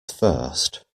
first